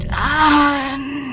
done